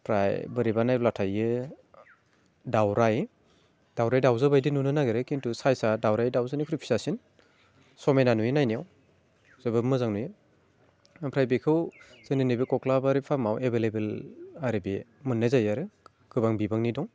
ओमफ्राय बोरैबा नायब्लाथाय दावराय दावराय दाउजो बायदि नुनो नागिरो किन्तु साइसआ दावराय दाउजोनिख्रुइ फिसासिन समायना नुयो नायनायाव जोबोद मोजां नुयो ओमफ्राय बेखौ जोंनि नैबे कक्लाबारि फार्मआव एभैलेबोल आरो बेयो मोननाय जायो आरो गोबां बिबांनि दं